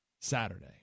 Saturday